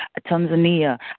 Tanzania